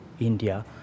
India